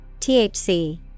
THC